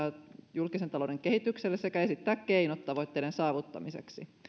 julkisen talouden kehitykselle sekä esittää keinot tavoitteiden saavuttamiseksi